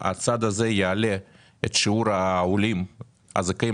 הצעד הזה יעלה את שיעור העולים הזכאים